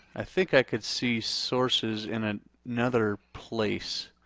i think i could see sources in ah another place.